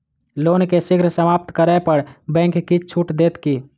loan केँ शीघ्र समाप्त करै पर बैंक किछ छुट देत की